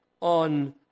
on